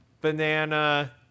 banana